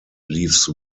leaves